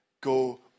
Go